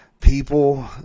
people